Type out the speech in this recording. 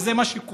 וזה מה שקורה.